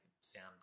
sound